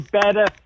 better